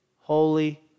holy